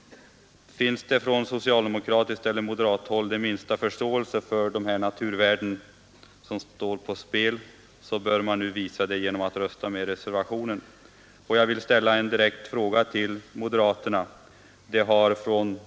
Finns det från socialdemokratiskt eller moderat håll den minsta förståelse för de naturvärden som står på spel, så bör man visa det genom att nu rösta för reservationen 3. Och jag vill ställa en direkt fråga till moderaterna.